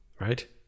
Right